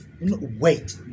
Wait